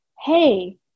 hey